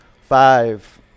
Five